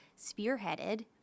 spearheaded